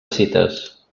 cites